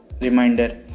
reminder